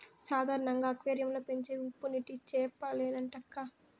సాధారణంగా అక్వేరియం లో పెంచేవి ఉప్పునీటి చేపలేనంటక్కా